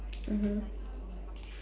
mmhmm